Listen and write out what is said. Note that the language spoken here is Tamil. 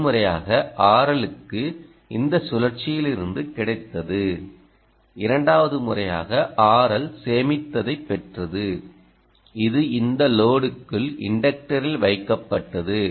முதல் முறையாக RL க்கு இந்த சுழற்சியில் இருந்து கிடைத்தது இரண்டாவது முறையாக RL சேமித்ததைப் பெற்றது இது இந்த லோடுக்குள் இன்டக்டரில் வைக்கப்பட்டது